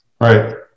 Right